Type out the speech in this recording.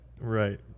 right